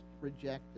rejected